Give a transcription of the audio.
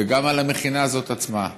וגם על המכינה הזאת עצמה.